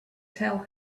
tell